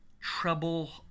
treble